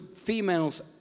Females